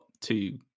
two